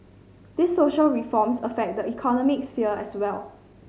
these social reforms affect the economic sphere as well